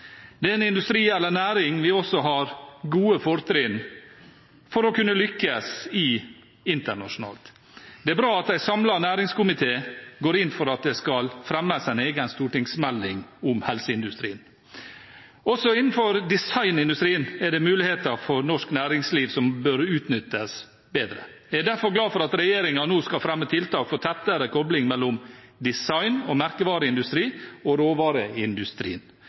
Det er en industri, eller næring, vi også har gode fortrinn for å kunne lykkes med internasjonalt. Det er bra at en samlet næringskomitée går inn for at det skal fremmes en egen stortingsmelding om helseindustrien. Også innenfor designindustrien er det muligheter for norsk næringsliv som bør utnyttes bedre. Jeg er derfor glad for at regjeringen nå skal fremme tiltak for en tettere kobling mellom design- og merkevareindustrien og råvareindustrien.